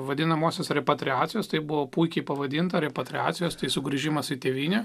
vadinamosios repatriacijos tai buvo puikiai pavadinto repatriacijos tai sugrįžimas į tėvynę